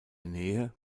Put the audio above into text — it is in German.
nähe